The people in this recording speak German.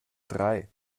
drei